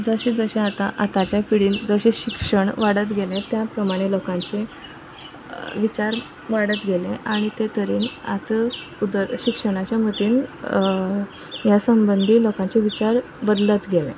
जशें जशें आतां आतांच्या पिळगेन जशें शिक्षण वाडत गेलें त्या प्रमाणें लोकांचे विचार वाडत गेले आनी ते तरेन आतां उदर शिक्षणाच्या मतान ह्या संबंदी लोकांचे विचार बदलत गेले